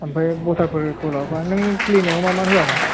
ओमफ्राय भटारफोरखौ लाबोफा नों खुलिनायाव मामा होआमोन